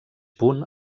punt